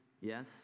Yes